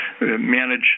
manage